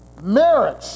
Marriage